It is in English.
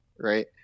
right